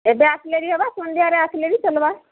ଏବେ ଆସିଲେ ବି ହେବା ସନ୍ଧ୍ୟାରେ ଆସିଲେ ବି ଚଲ୍ବା